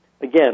again